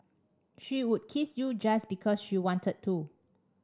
she would kiss you just because she wanted to